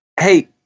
hey